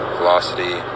velocity